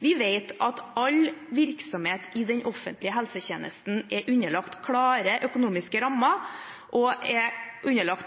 Vi vet at all virksomhet i den offentlige helsetjenesten er underlagt klare økonomiske rammer og